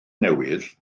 newydd